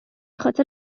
خاطر